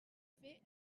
fer